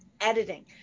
editing